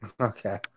Okay